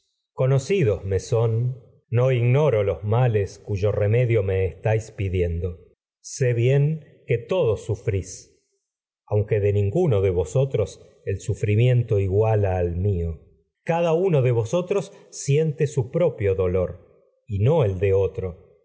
dos me son ignoro los males cuyo remedio me estáis pidiendo sé bien que todos sufrís aunque de ninguno de vosotros el sufrimiento su iguala y al no mío cada uno de vosotros siente propio dolor el de otro